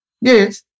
Yes